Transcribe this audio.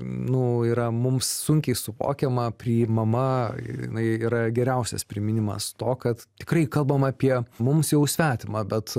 nu yra mums sunkiai suvokiama priimama jinai yra geriausias priminimas to kad tikrai kalbam apie mums jau svetimą bet